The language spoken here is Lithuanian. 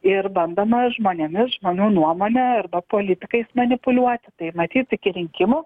ir bandoma žmonėmis žmonių nuomone arba politikais manipuliuoti tai matyt iki rinkimų